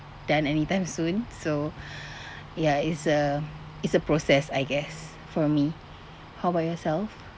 done anytime soon so ya it's a it's a process I guess for me how about yourself